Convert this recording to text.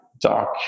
dark